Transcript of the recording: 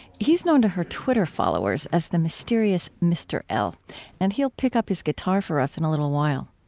he's known to her twitter followers as the mysterious mr. l and he'll pick up his guitar for us in a little while